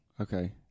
Okay